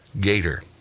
gator